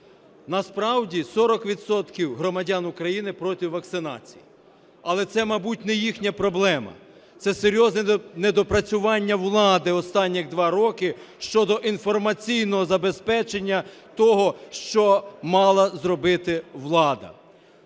Насправді 40 відсотків громадян України проти вакцинації. Але це, мабуть, не їхня проблема. Це серйозне недопрацювання влади останніх два роки щодо інформаційного забезпечення того, що мала зробити влада.